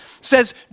says